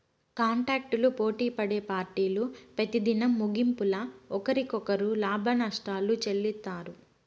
కాంటాక్టులు పోటిపడే పార్టీలు పెతిదినం ముగింపుల ఒకరికొకరు లాభనష్టాలు చెల్లిత్తారు